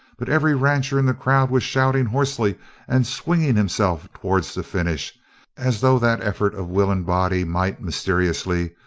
but every rancher in the crowd was shouting hoarsely and swinging himself towards the finish as though that effort of will and body might, mysteriously,